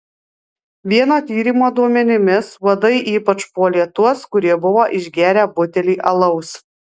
vieno tyrimo duomenimis uodai ypač puolė tuos kurie buvo išgėrę butelį alaus